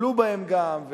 נפלו בהן גם,